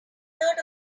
third